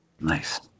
Nice